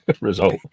Result